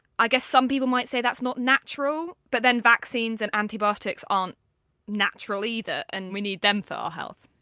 i guess some people might say that's not natural but then vaccines and antibiotics antibiotics aren't natural either and we need them for our health.